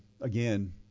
again